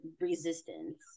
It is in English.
resistance